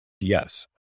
Yes